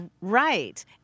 Right